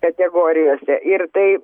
kategorijose ir tai